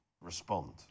respond